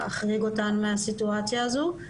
להחריג אותן מהסיטואציה הזו.